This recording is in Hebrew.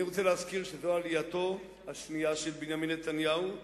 אני רוצה להזכיר שזו עלייתו השנייה של בנימין נתניהו,